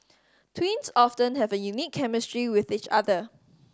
twins often have a unique chemistry with each other